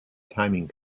timing